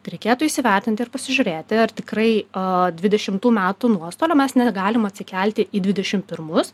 reikėtų įsivertinti ir pasižiūrėti ar tikrai o dvidešimtų metų nuostolio mes negalim atsikelti į dvidešimt pirmus